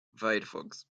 firefox